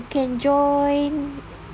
you can join